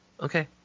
Okay